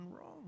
wrong